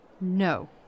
No